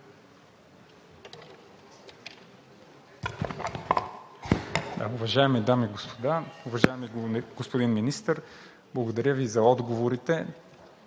Уважаеми дами и господа! Уважаеми господин Министър, благодаря Ви за отговорите.